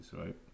right